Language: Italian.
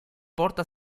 porta